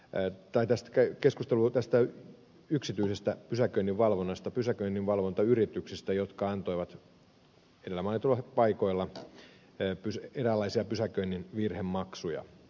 ajoittain tästäkö keskustelu tästä yksityisestä pysäköinninvalvonnasta pysäköinninvalvontayrityksistä jotka antoivat edellä mainituilla paikoilla eräänlaisia pysäköinnin virhemaksuja